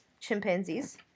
chimpanzees